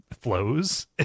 flows